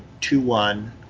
two-one